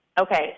Okay